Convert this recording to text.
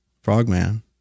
Frogman